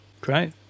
Great